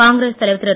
காங்கிரஸ் தலைவர் திரு